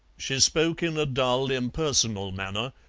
she spoke in a dull impersonal manner,